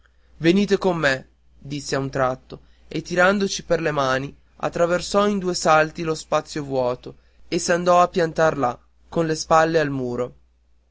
venite con me disse a un tratto e tirandoci per le mani attraversò in due salti lo spazio vuoto e s'andò a piantar là con le spalle al muro